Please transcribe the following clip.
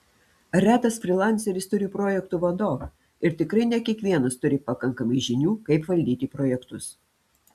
retas frylanceris turi projektų vadovą ir tikrai ne kiekvienas turi pakankamai žinių kaip valdyti projektus